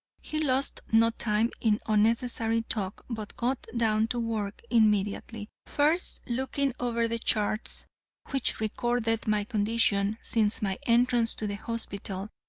he lost no time in unnecessary talk but got down to work immediately, first looking over the charts which recorded my condition since my entrance to the hospital.